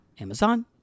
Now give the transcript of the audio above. Amazon